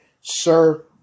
Sir